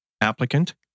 applicant